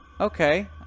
Okay